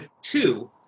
two